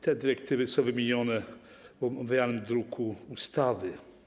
Te dyrektywy są wymienione w omawianym druku ustawy.